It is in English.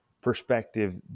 perspective